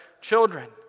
children